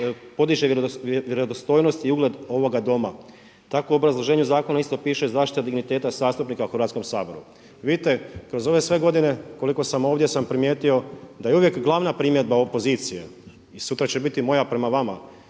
podiže vjerodostojnost i ugled ovoga doma. U takvom obrazloženju zakona isto piše zaštita digniteta zastupnika u Hrvatskom saboru. Vidite kroz ove sve godine koliko sam ovdje sam primijetio da je uvijek glavna primjedba opozicije, i sutra će biti o moja prema vama